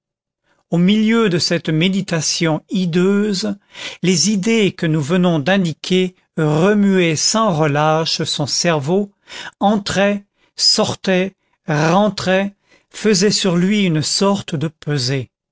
au milieu de cette méditation hideuse les idées que nous venons d'indiquer remuaient sans relâche son cerveau entraient sortaient rentraient faisaient sur lui une sorte de pesée